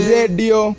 Radio